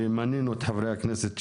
ומנינו את חברי הכנסת שביקשו.